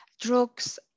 drugs